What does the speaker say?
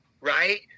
right